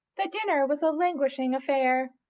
the dinner was a languishing affair.